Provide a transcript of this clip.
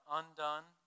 undone